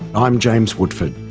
i'm james woodford,